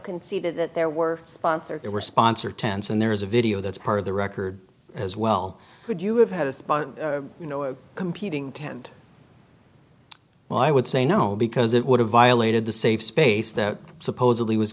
conceded that there were sponsored they were sponsored tents and there is a video that's part of the record as well would you have had a spot you know competing tend well i would say no because it would have violated the safe space that supposedly was